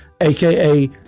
aka